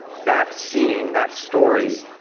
that scene, that story,